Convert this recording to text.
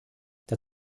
der